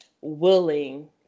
willing